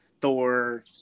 Thor